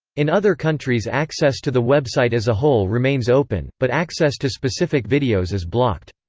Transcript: in other countries access to the website as a whole remains open, but access to specific videos is blocked.